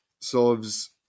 solves